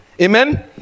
Amen